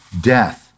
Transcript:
death